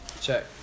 Check